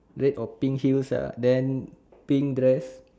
red or pink heels uh then pink dress